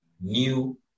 new